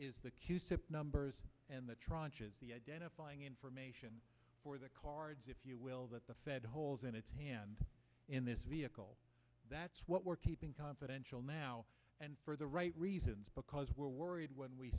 to the schedule is the numbers and the identifying information for the cards if you will that the fed holes in its hand in this vehicle that's what we're keeping confidential now and for the right reasons because we're worried when we